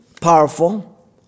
powerful